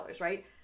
right